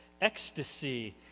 Ecstasy